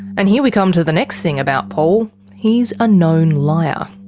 and here we come to the next thing about paul he's a known liar.